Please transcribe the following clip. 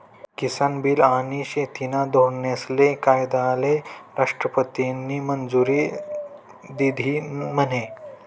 किसान bill आनी शेतीना धोरनेस्ले कायदाले राष्ट्रपतीनी मंजुरी दिधी म्हने?